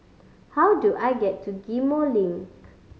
how do I get to Ghim Moh Link